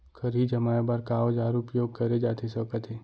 खरही जमाए बर का औजार उपयोग करे जाथे सकत हे?